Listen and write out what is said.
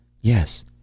Yes